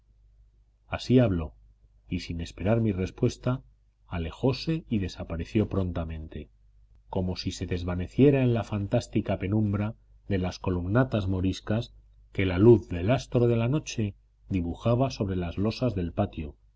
así habló y sin esperar mi respuesta alejóse y desapareció prontamente como si se desvaneciera en la fantástica penumbra de las columnatas moriscas que la luz del astro de la noche dibujaba sobre las losas del patio